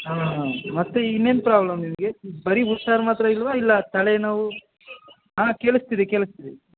ಹಾಂ ಮತ್ತೆ ಇನ್ನೇನು ಪ್ರಾಬ್ಲಮ್ ನಿಮಗೆ ಬರಿ ಹುಷಾರು ಮಾತ್ರ ಇಲ್ವ ಇಲ್ಲ ತಲೆನೋವು ಹಾಂ ಕೇಳಿಸ್ತಿದೆ ಕೇಳಿಸ್ತಿದೆ